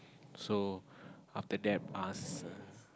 so after that us